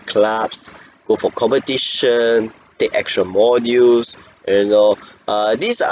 clubs go for competition take extra modules you know err these are